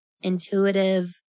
intuitive